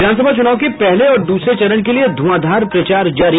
विधानसभा चुनाव के पहले और दूसरे चरण के लिये धुंआधार प्रचार जारी